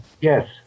Yes